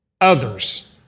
Others